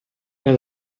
when